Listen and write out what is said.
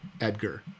Edgar